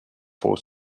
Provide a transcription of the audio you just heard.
for